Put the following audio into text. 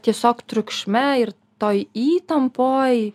tiesiog triukšme ir toj įtampoj